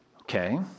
Okay